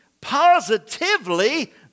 positively